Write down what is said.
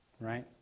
right